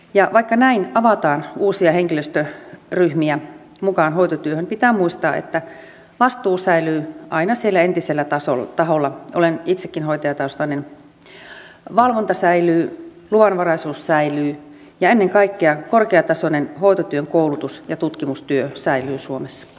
ja vaikka näin avataan uusia henkilöstöryhmiä mukaan hoitotyöhön pitää muistaa että vastuu säilyy aina siellä entisellä taholla olen itsekin hoitajataustainen valvonta säilyy luvanvaraisuus säilyy ja ennen kaikkea korkeatasoinen hoitotyön koulutus ja tutkimustyö säilyy suomes